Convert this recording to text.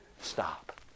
Stop